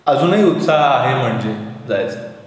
अजूनही उत्साह आहे म्हणजे जायचं